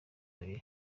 abiri